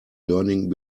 learning